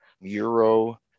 Euro